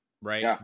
right